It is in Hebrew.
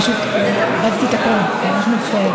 איבדתי את הקול, אני ממש מצטערת.